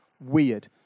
Weird